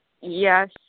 Yes